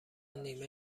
نیمه